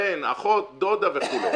בן, אחות, דודה וכו'.